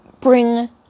bring